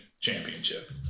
Championship